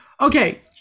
Okay